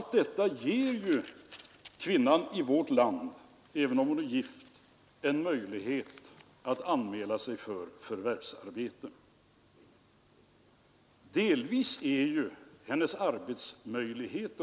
Det där är en ”rund” slutsats som herr Fälldin drar utan att närmare ha studerat finansplan och nationalbudget.